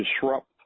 disrupt